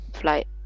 Flight